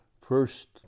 first